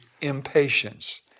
impatience